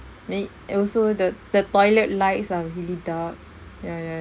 like and also the the toilet lights are really dark ya ya